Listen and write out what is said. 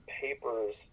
papers